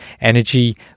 energy